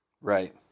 Right